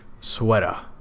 sweater